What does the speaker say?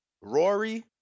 Rory